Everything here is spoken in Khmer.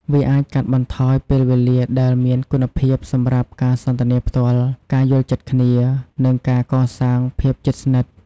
វាអាចកាត់បន្ថយពេលវេលាដែលមានគុណភាពសម្រាប់ការសន្ទនាផ្ទាល់ ការយល់ចិត្តគ្នា និងការកសាងភាពជិតស្និទ្ធ។